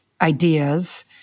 ideas